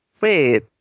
Wait